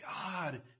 God